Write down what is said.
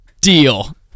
Deal